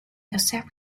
accept